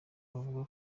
bavuga